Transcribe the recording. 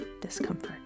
discomfort